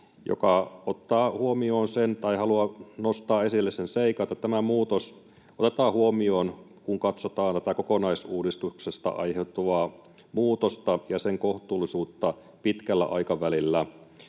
lausumaehdotus, joka haluaa nostaa esille sen seikan, että tämä muutos otetaan huomioon, kun katsotaan tätä kokonaisuudistuksesta aiheutuvaa muutosta ja sen kohtuullisuutta pitkällä aikavälillä.